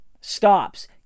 Stops